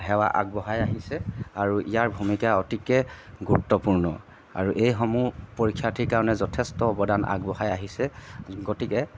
সেৱা আগবঢ়াই আহিছে আৰু ইয়াৰ ভূমিকা অতিকে গুৰুত্বপূৰ্ণ আৰু এইসমূহ পৰীক্ষাৰ্থী কাৰণে যথেষ্ট অৱদান আগবঢ়াই আহিছে গতিকে